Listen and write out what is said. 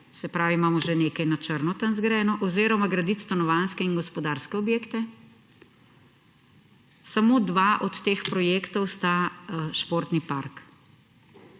se pravi, imajo že nekaj na črno tam zgrajeno, oziroma graditi stanovanjske in gospodarske objekte. Samo dva od teh projektov sta športna parka.